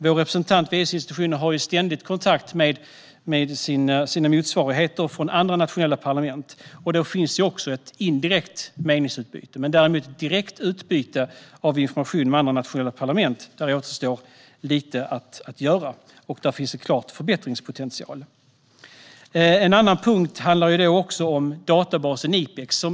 Vår representant vid EU:s institutioner har ständigt kontakt med sina motsvarigheter från andra nationella parlament. Där finns ett indirekt meningsutbyte. När det däremot gäller direkt utbyte av information med andra nationella parlament återstår lite att göra. Där finns en klar förbättringspotential. En annan punkt handlar om databasen IPEX.